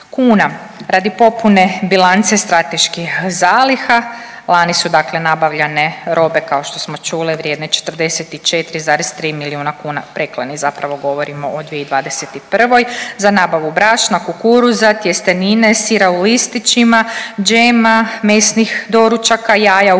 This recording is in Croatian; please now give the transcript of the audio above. kuna. Radi popune bilance strateških zaliha lani su dakle nabavljane robe kao što smo čuli vrijedne 44,3 milijuna kuna, preklani zapravo govorimo o 2021. za nabavu brašna, kukuruza, tjestenine, sira u listićima, džema, mesnih doručaka, jaja u